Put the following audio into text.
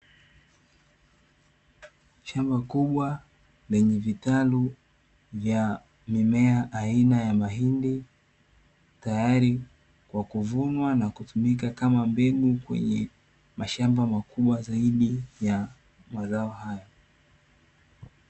Shamba kubwa lenye vitalu vya mimea aina ya mahindi, tayari kwa kuvunwa na kutumika kama mbegu, kwenye mashamba makubwa zaidi ya mazao hayo.